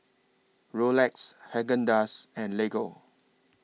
Rolex Haagen Dazs and Lego